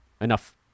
Enough